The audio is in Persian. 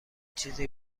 چیزی